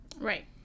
Right